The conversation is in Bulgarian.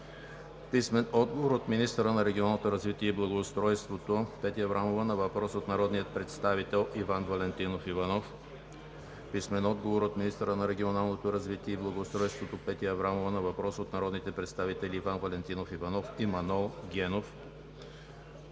Стойчев; - министъра на регионалното развитие и благоустройството – Петя Аврамова, на въпрос от народния представител Иван Валентинов Иванов; - министъра на регионалното развитие и благоустройството – Петя Аврамова, на въпрос от народните представители Иван Валентинов Иванов и Манол Генов;